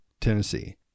Tennessee